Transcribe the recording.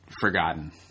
forgotten